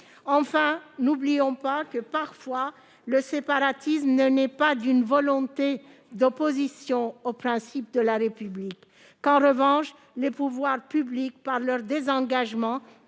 Enfin, n'oublions pas que, parfois, le séparatisme ne naît pas d'une volonté d'opposition aux principes de la République. En revanche, les pouvoirs publics, par leur désengagement